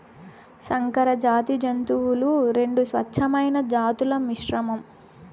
సంకరజాతి జంతువులు రెండు స్వచ్ఛమైన జాతుల మిశ్రమం